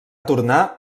tornar